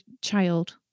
child